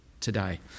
today